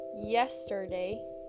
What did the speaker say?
yesterday